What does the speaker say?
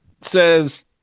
says